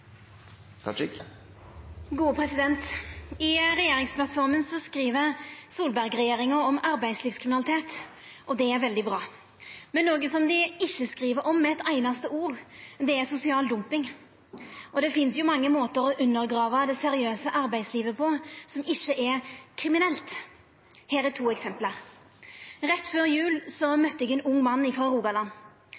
I regjeringsplattforma skriv Solberg-regjeringa om arbeidslivskriminalitet, og det er veldig bra. Men noko som dei ikkje skriv om med eit einaste ord, er sosial dumping. Det finst mange måtar å undergrava det seriøse arbeidslivet som ikkje er kriminelt, på. Her er to eksempel: Rett før jul